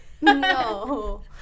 no